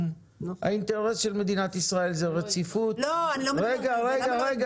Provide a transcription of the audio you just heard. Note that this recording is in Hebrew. אני מניח שכולם שמעו ומי שלא שמע, כדאי שישמע